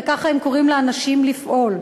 וככה הם קוראים לאנשים לפעול.